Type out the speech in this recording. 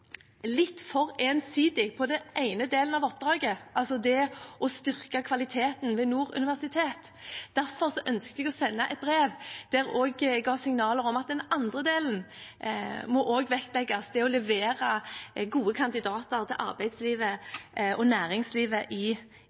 litt for ensidig på den ene delen av oppdraget, altså det å styrke kvaliteten ved Nord universitet. Derfor ønsket jeg å sende et brev der jeg ga signaler om at den andre delen også må vektlegges – det å levere gode kandidater til arbeidslivet og næringslivet i